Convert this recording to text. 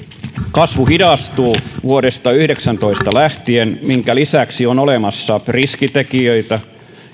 kasvu hidastuu vuodesta kaksituhattayhdeksäntoista lähtien minkä lisäksi on olemassa riskitekijöitä